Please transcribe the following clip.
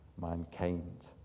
mankind